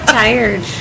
tired